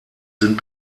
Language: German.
sind